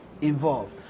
involved